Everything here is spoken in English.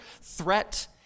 threat